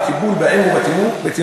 וטיפול באם ובתינוק,